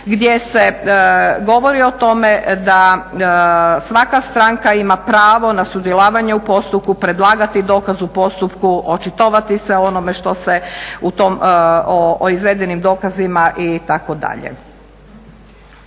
gdje se govori o tome da svaka stranka ima pravo na sudjelovanje u postupku, predlagati dokaz u postupku, očitovati se o izvedenim dokazima itd.